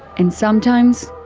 and sometimes.